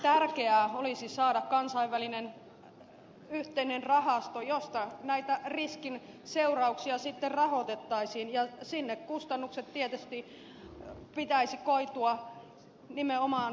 tärkeää olisi saada kansainvälinen yhteinen rahasto josta näistä riskin seurauksia sitten rahoitettaisiin ja niiden kustannusten tietysti pitäisi koitua nimenomaan rahoitusmarkkinoille